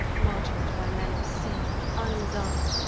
martyred by men of sin, undone.